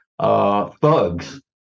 thugs